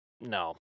No